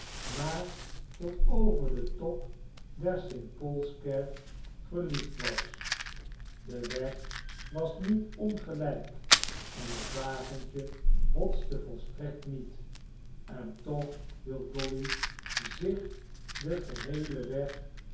maar tot over den top der st paulskerk verliefd was de weg was niet ongelijk en het wagentje hotste volstrekt niet en toch hield dolly zich den geheelen weg